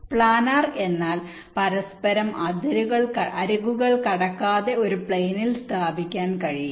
planar എന്നാൽ പരസ്പരം അരികുകൾ കടക്കാതെ ഒരു പ്ലെയിനിൽ സ്ഥാപിക്കാൻ കഴിയും